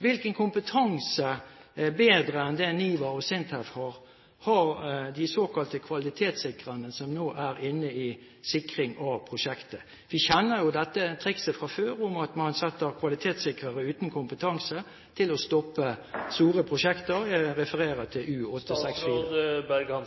Hvilken kompetanse bedre enn det NIVA og SINTEF har, har de såkalte kvalitetssikrerne som nå er inne i sikring av prosjektet? Vi kjenner jo dette trikset fra før, at man setter kvalitetssikrere uten kompetanse til å stoppe store prosjekter – jeg refererer her til